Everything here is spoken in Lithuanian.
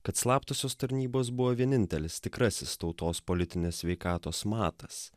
kad slaptosios tarnybos buvo vienintelis tikrasis tautos politinės sveikatos matas